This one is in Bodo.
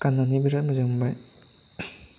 गाननानै बेराद मोजां मोनबाय